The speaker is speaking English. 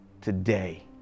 today